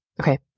okay